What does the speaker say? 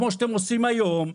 כמו שאתם עושים היום,